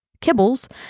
kibbles